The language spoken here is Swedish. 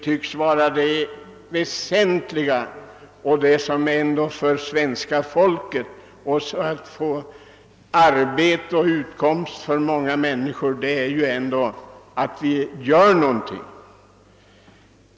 Men för att så många som möjligt inom det svenska folket skall få arbete och utkomst måste vi ändå göra någonting.